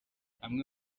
amwe